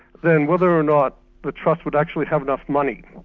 than whether or not the trust would actually have enough money,